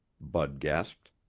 bud gasped.